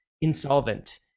insolvent